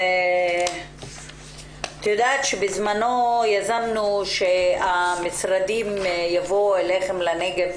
את יודעת שבזמנו יזמנו שהמשרדים יבואו אליכם לנגב,